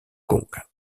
kong